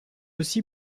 aussi